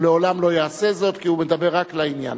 הוא לעולם לא יעשה זאת כי הוא מדבר רק לעניין.